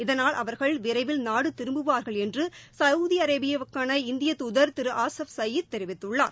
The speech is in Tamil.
இதனால் அவர்கள் விரைவில் நாடு திரும்புவார்கள் என்று சவுதி அரேபியாவுக்கான இந்தியத் தூதர் திரு அவ்சஃப் சயீத் தெரிவித்துள்ளார்